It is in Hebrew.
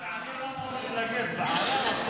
--- בעיה --- בקלילות אתה.